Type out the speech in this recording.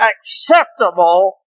acceptable